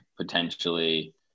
potentially